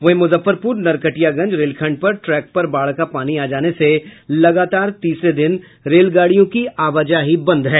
वहीं मुजफ्फरपुर नरकटियागंज रेलखंड पर ट्रेक पर बाढ़ का पानी आ जाने से लगातार तिसरे दिन रेलगाड़ियों की आवाजाही बंद है